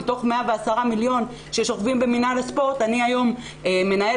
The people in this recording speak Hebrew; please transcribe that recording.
מתוך 110 מיליון ששוכבים במינהל הספורט אני היום מנהלת